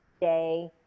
day